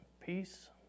peace